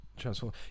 Transform